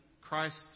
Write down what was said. Christ